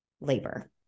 labor